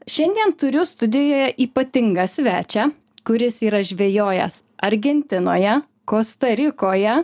šiandien turiu studijoje ypatingą svečią kuris yra žvejojęs argentinoje kosta rikoje